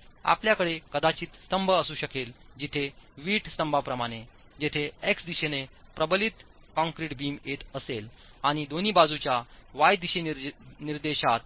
तर आपल्याकडे कदाचित स्तंभ असू शकेल जिथे वीट स्तंभाप्रमाणे जेथे एक्स दिशेने प्रबलित कंक्रीट बीम येत असेलआणि दोन्ही बाजूंच्या वाय दिशानिर्देशात